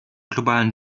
globalen